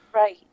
right